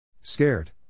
Scared